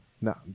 no